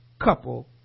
couple